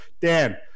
Dan